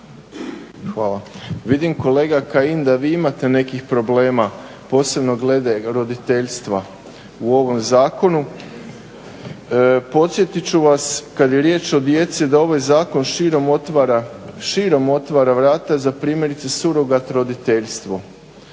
Hvala. Vidim kolega Kajin da vi imate nekih problema posebno glede roditeljstva u ovom Zakonu. Podsjetiti ću vas kada je riječ o djeci da ovaj Zakon širom otvara vrata za primjerice surogat roditeljstvo.